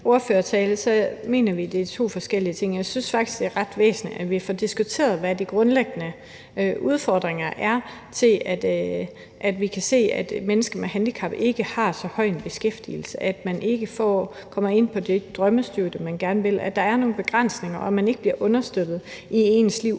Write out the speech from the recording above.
min ordførertale, mener vi, at det er to forskellige ting. Jeg synes faktisk, det er ret væsentligt, at vi får diskuteret, hvad de grundlæggende udfordringer er, i forhold til at vi kan se, at mennesker med handicap ikke har en så høj beskæftigelse, at man ikke kommer ind på det drømmestudie, man gerne vil ind på, at der er nogle begrænsninger, og at man ikke bliver understøttet i sit liv.